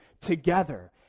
together